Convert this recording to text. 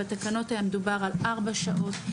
בתקנות היה מדובר על ארבע שעות,